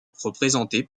représentée